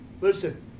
Listen